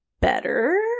better